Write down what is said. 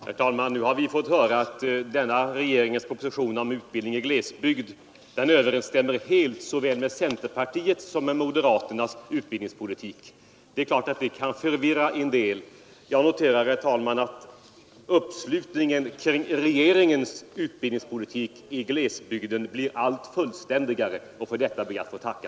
Herr talman! Nu har vi fått höra att denna regeringens proposition om utbildningen i glesbygd helt överensstämmer såväl med centerpartiets som med moderaternas utbildningspolitik. Det kan säkerligen förvirra en del. Jag noterar, herr talman, att uppslutningen kring regeringens utbildningspolitik i glesbygden blir allt fullständigare, och för detta ber jag att få tacka.